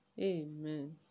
amen